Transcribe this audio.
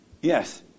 Yes